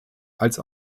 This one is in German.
als